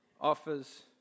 offers